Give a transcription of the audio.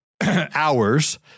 hours